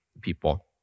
people